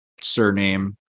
surname